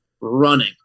running